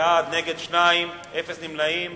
32), התש"ע 2010,